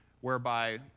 whereby